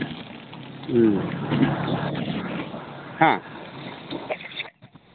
ꯎꯝ ꯍꯥ